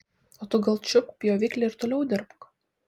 o tu gal čiupk pjoviklį ir toliau dirbk